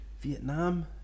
Vietnam